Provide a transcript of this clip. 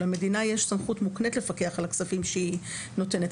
למדינה יש סמכות מוקנית לפקח על הכספים שהיא נותנת,